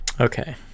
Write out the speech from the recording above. Okay